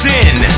Sin